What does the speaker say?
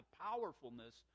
powerfulness